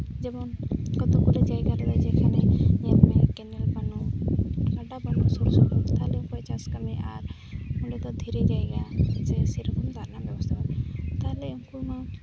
ᱡᱮᱢᱚᱱ ᱠᱚᱛᱚᱠ ᱜᱩᱞᱳ ᱡᱟᱭᱜᱟ ᱨᱮᱫᱚ ᱧᱮᱞ ᱢᱮ ᱠᱮᱱᱮᱞ ᱵᱟᱹᱱᱩᱜ ᱪᱟᱥ ᱠᱟᱹᱢᱤ ᱟᱨ ᱩᱱᱤ ᱫᱚ ᱫᱷᱤᱨᱤ ᱡᱟᱭᱜᱟ ᱡᱮ ᱥᱮᱨᱚᱠᱚᱢ ᱫᱟᱜ ᱨᱮᱱᱟᱜ ᱵᱮᱵᱚᱥᱛᱷᱟ ᱵᱟᱹᱱᱩᱜᱼᱟ ᱛᱟᱦᱚᱞᱮ ᱩᱱᱠᱩ ᱦᱚᱸ